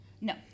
No